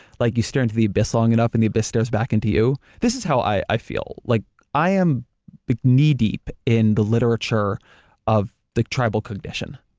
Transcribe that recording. like you stare into the abyss long enough and the abyss stares back into you? this is how i i feel. like i am but knee deep in the literature of the tribal condition.